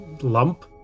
lump